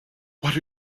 what